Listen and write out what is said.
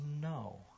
no